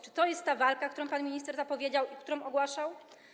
Czy to jest ta walka, którą pan minister zapowiedział i którą ogłaszał?